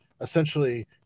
essentially